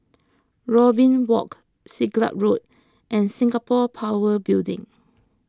Robin Walk Siglap Road and Singapore Power Building